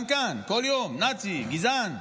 גם כאן, כל יום, נאצי, גזען.